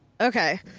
Okay